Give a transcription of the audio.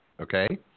Okay